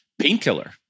painkiller